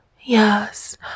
yes